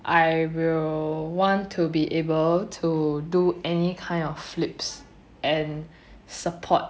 I will want to be able to do any kind of flips and support